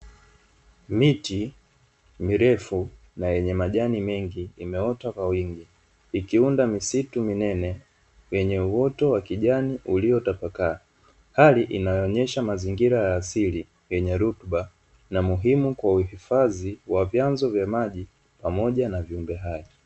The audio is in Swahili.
Miti mirefu na yenye majani mengi imeota kwa wingi, ikiunda misitu minene yenye uoto wa kijani uliotapakaa. Hali inayoonyesha mazingira ya asili yenye rutuba na muhimu kwa uhifadhi wa vyanzo vya maji pamoja na viumbe hai.